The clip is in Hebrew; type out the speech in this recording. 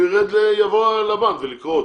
הוא יבוא לבנק ולקרוא אותו,